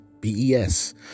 B-E-S